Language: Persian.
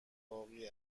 باقی